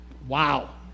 Wow